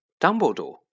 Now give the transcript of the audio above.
Dumbledore